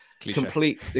complete